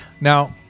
Now